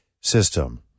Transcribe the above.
system